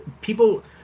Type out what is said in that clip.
people